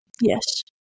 Yes